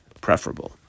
preferable